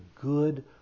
good